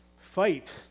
fight